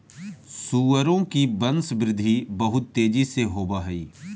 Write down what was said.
सुअरों की वंशवृद्धि बहुत तेजी से होव हई